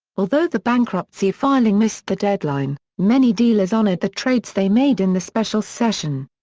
although the bankruptcy filing missed the deadline, many dealers honored the trades they made in the special session.